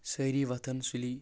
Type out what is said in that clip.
سٲری وتھان سُلی